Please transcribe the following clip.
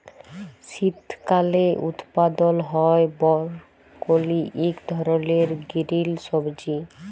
শীতকালে উৎপাদল হ্যয় বরকলি ইক ধরলের গিরিল সবজি